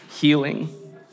healing